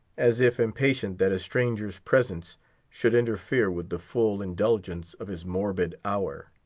as if impatient that a stranger's presence should interfere with the full indulgence of his morbid hour.